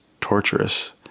torturous